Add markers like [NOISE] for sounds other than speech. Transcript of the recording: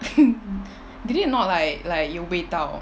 [LAUGHS] did he not like like 有味道